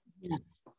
yes